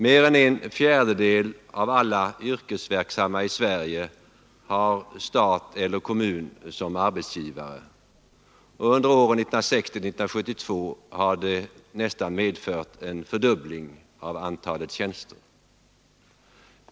Mer än en fjärdedel av alla yrkesverksamma i Sverige har stat eller kommun som arbetsgivare, och under åren 1960—1972 har det blivit nästan en fördubbling av antalet tjänster.